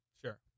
Sure